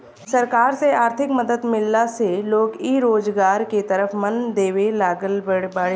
सरकार से आर्थिक मदद मिलला से लोग इ रोजगार के तरफ मन देबे लागल बाड़ें